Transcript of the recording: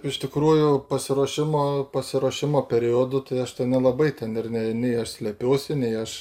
iš tikrųjų pasiruošimo pasiruošimo periodu tai aš ten nelabai ten ir nei nei aš slepiuosi nei aš